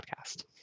podcast